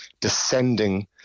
descending